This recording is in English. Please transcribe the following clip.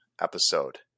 episode